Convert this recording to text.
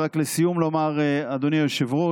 לסיום אני רוצה לומר, אדוני היושב-ראש,